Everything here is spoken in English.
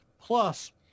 Plus